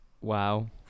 wow